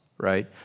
right